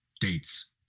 dates